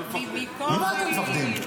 ממה אתם מפחדים?